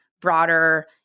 broader